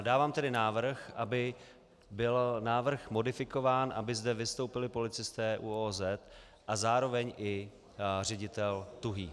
Dávám tedy návrh, aby byl návrh modifikován, aby zde vystoupili policisté ÚOOZ a zároveň i ředitel Tuhý.